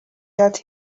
that